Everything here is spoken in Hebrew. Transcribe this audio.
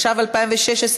התשע"ו 2016,